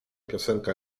piosenka